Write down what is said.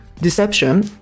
deception